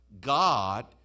God